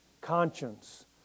conscience